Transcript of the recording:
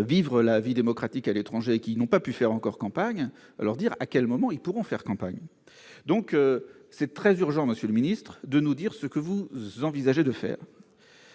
vivre la vie démocratique à l'étranger et qui n'ont pu faire encore campagne, on doit dire à quel moment ils pourront le faire. Il est donc urgent, monsieur le secrétaire d'État, de nous dire ce que vous envisagez de faire.